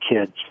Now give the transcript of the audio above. kids